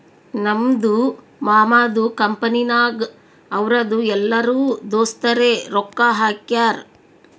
ನಮ್ದು ಮಾಮದು ಕಂಪನಿನಾಗ್ ಅವ್ರದು ಎಲ್ಲರೂ ದೋಸ್ತರೆ ರೊಕ್ಕಾ ಹಾಕ್ಯಾರ್